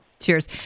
Cheers